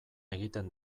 egiten